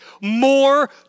more